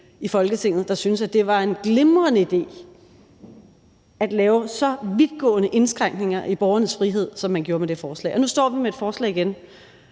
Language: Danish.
i Folketinget, der syntes, at det var en glimrende idé at lave så vidtgående indskrænkninger i borgernes frihed, som man gjorde med det forslag. Nu står vi med et forslag igen.